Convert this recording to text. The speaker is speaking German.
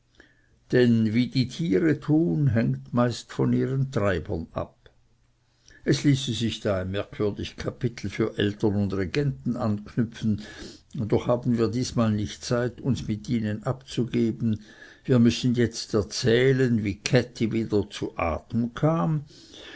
denn wie die tiere tun hängt meist von ihren treibern ab es ließe sich da ein merkwürdig kapitel für eltern und regenten anknüpfen doch diesmal haben wir nicht zeit uns mit ihnen abzugeben wir müssen jetzt erzählen wie käthi wieder zu atem kam